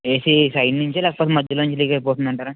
AC side నుంచా లేకపోతే మధ్యలో నుంచి లీక్ అయిపోతుందంటారా